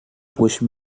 push